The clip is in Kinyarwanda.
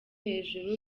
hejuru